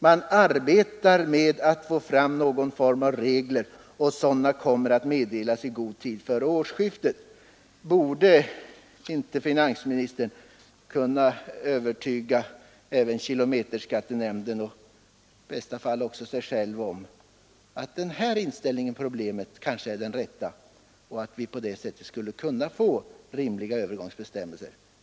Man arbetar med att få fram någon form av regler och sådana kommer att meddelas i god tid före årsskiftet.” Borde inte finansministern kunna övertyga kilometerskattenämnden och i bästa fall även sig själv om att denna inställning till problemet är den rätta så att vi skulle kunna få rimliga övergångsbestämmelser?